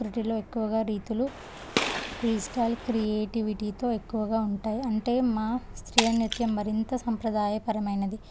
త్రృటిలో ఎక్కువగా రీతులు free style క్రియేటివిటీతో ఎక్కువగా ఉంటాయి అంటే మా స్వీయ నృత్యం మరింత సంప్రదాయపరమైనది